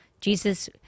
Jesus